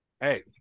Hey